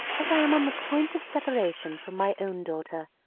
as i am on the point of separation from my own daughter.